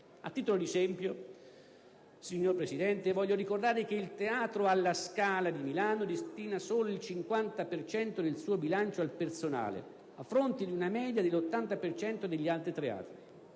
A titolo di esempio, signor Presidente, voglio ricordare che il Teatro alla Scala di Milano destina solo il 50 per cento del suo bilancio al personale, a fronte di una media dell'80 per cento degli altri teatri.